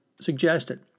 suggested